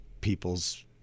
people's